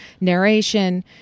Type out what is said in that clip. narration